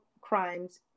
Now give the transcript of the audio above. crimes